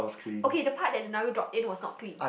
okay the part that the nugget dropped in was not clean